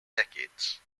decades